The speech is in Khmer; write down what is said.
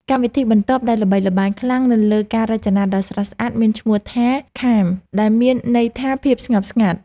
កម្មវិធីបន្ទាប់ដែលល្បីល្បាញខ្លាំងទៅលើការរចនាដ៏ស្រស់ស្អាតមានឈ្មោះថា ខាម (Calm) ដែលមានន័យថាភាពស្ងប់ស្ងាត់។